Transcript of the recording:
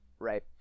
Right